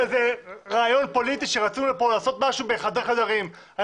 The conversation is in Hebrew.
רעיון פוליטי שרצו לעשות משהו בחדרי חדרים, לא.